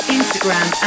Instagram